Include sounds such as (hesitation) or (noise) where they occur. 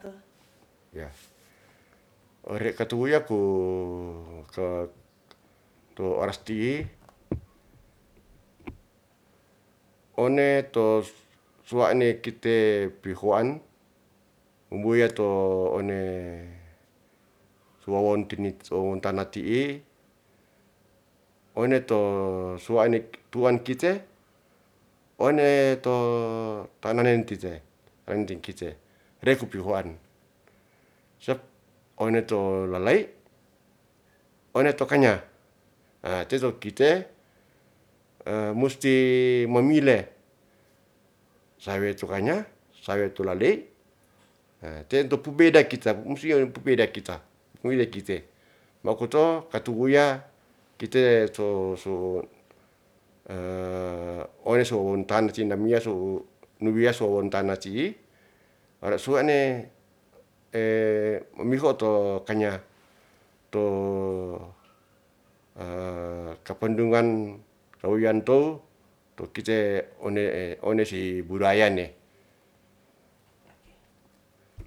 Ore katu ya' ku, tu oras ti'i one to suwa'ne kite pihoan mbuya to one suwa wontini, su wawontana ti'i one to suwa'ne tuan kite one to tananen kite, reku pihoan. Sep one to lalai, one to kanya (hesitation) teto kite (hesitation) musti mamile, sawe to kanya sawe tu lalei (hesitation) tento pu beda kite musti pu beda kita, pu beda kite. Makoto katuwuya kite su (hesitation) ore su wawontana si namiya su nawiya su waontana si'i ore suwa'ne (hesitation) mamiho to kanya to (hesitation) kapendungan wawiyan to, to kite one, one si burayane